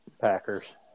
Packers